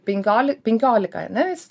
penkioli penkiolika ane